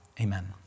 Amen